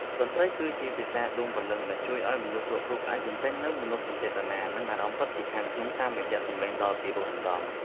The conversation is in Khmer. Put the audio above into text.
តន្ត្រីគឺជាភាសាដួងព្រលឹងដែលជួយឱ្យមនុស្សគ្រប់រូបអាចបញ្ចេញនូវមនោសញ្ចេតនា និងអារម្មណ៍ពិតពីខាងក្នុងចិត្តតាមរយៈសម្លេងដ៏ពីរោះរណ្ដំ។